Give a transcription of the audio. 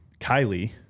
Kylie